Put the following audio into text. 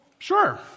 Sure